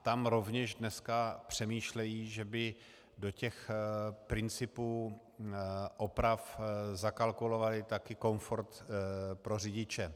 Tam rovněž dneska přemýšlejí, že by do těch principů oprav zakalkulovali komfort pro řidiče.